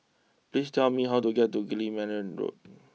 please tell me how to get to Guillemard Road